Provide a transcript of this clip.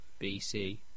BC